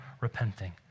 repenting